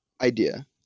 Idea